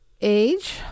Age